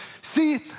See